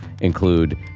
include